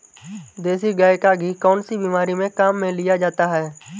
देसी गाय का घी कौनसी बीमारी में काम में लिया जाता है?